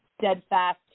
steadfast